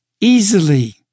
easily